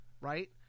Right